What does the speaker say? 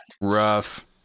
Rough